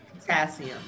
potassium